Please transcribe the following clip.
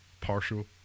partial